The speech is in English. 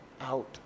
out